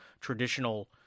traditional